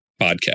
podcast